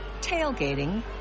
tailgating